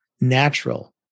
natural